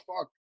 fuck